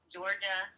Georgia